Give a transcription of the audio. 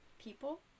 people